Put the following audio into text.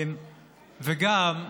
וגם,